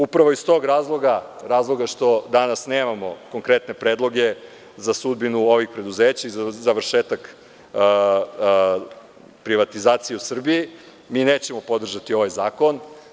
Upravo iz tog razloga, razloga što danas nemamo konkretne predloge za sudbinu ovih preduzeća i za završetak privatizacije u Srbiji, mi nećemo podržati ovaj zakon.